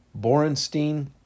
Borenstein